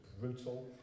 brutal